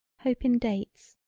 hope in dates.